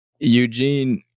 Eugene